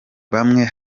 bamwe